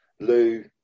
Lou